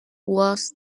was